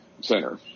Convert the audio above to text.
center